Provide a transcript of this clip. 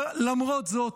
ולמרות זאת,